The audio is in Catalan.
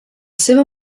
seva